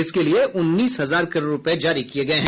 इसके लिए उन्नीस हजार करोड़ रुपये जारी किये गये हैं